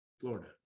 Florida